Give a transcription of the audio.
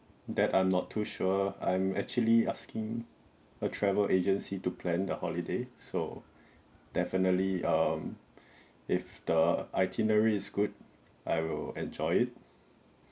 that I'm not too sure I'm actually asking for travel agency to plan the holiday so definitely um if the itinerary is good I will enjoy it